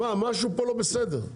משהו פה לא יכול להיות.